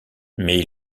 mais